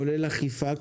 כולל אכיפה,